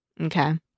Okay